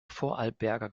vorarlberger